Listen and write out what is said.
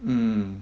mm